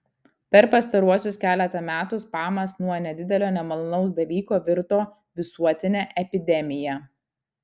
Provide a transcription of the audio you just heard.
per pastaruosius keletą metų spamas nuo nedidelio nemalonaus dalyko virto visuotine epidemija